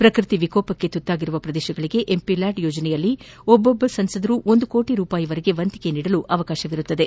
ಪ್ರಕೃತಿ ವಿಕೋಪಕ್ಕೆ ತುತ್ತಾದ ಪ್ರದೇಶಗಳಿಗೆ ಎಂಪಿ ಲಾಡ್ ಯೋಜನೆಯಲ್ಲಿ ಒಬ್ಬೊಬ್ಬ ಸಂಸದರು ಒಂದು ಕೋಟ ರೂಪಾಯಿವರೆಗೆ ವಂತಿಗೆ ನೀಡಲು ಅವಕಾಶವಿರುತ್ತದೆ